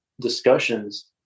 discussions